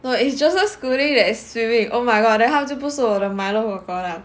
no is joseph schooling that is swimming oh my god then 他就不是我的 milo kor kor liao